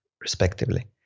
respectively